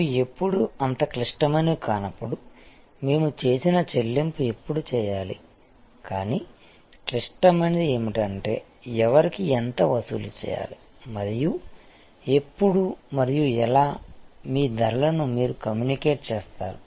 ఇవి ఎప్పుడు అంత క్లిష్టమైనవి కానప్పుడు మేము చేసిన చెల్లింపు ఎప్పుడు చేయాలి కాని క్లిష్టమైనది ఏమిటంటే ఎవరికి ఎంత వసూలు చేయాలి మరియు ఎప్పుడు మరియు ఎలా మీ ధరలను మీరు కమ్యూనికేట్ చేస్తారు